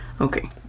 Okay